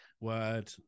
word